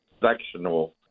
Sectional